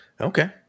Okay